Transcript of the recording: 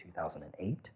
2008